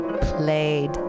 played